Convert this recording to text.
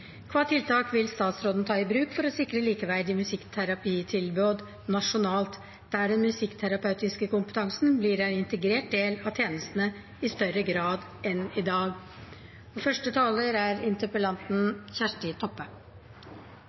kva tiltak statsråden vil ta i bruk for å sikra likeverd i musikkterapitilbodet nasjonalt, der den musikkterapeutiske profesjonskompetansen vert ein integrert del av tenestene i større grad enn det som er tilfellet i dag. Effekten av musikkterapi er godt dokumentert. Både forskning og